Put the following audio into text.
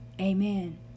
Amen